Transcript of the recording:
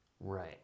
Right